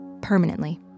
permanently